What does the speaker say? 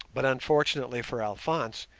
but, unfortunately for alphonse,